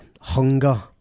hunger